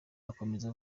akomeza